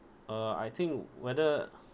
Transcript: uh I think whether